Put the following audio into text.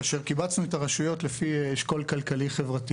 כאשר קיבצנו את הרשויות לפי אשכול חברתי-כלכלי.